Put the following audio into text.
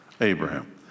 Abraham